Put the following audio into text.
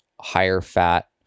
higher-fat